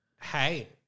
hey